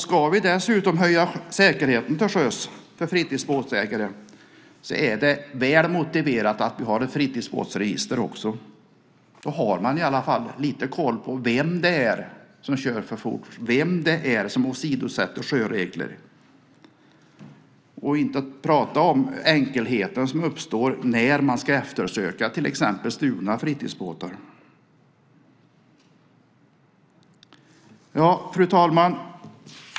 Ska vi dessutom höja säkerheten till sjöss för fritidsbåtägare är det väl motiverat att vi har ett fritidsbåtsregister. Då har man i alla fall lite koll på vem det är som kör för fort, vem det är som åsidosätter sjöregler - för att inte tala om hur enkelt det blir att eftersöka till exempel stulna fritidsbåtar. Fru talman!